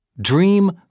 Dream